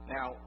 Now